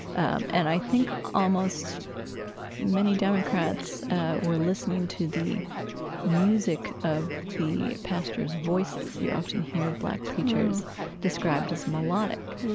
um and i think almost many democrats were listening to the music of the pastors' voices. you often hear black preachers described as melodic, yeah,